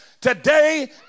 today